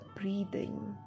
breathing